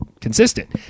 consistent